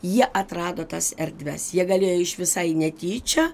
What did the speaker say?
jie atrado tas erdves jie galėjo iš visai netyčia